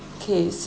K so